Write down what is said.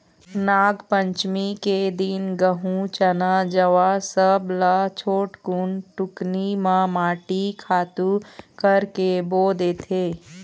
नागपंचमी के दिन गहूँ, चना, जवां सब ल छोटकुन टुकनी म माटी खातू करके बो देथे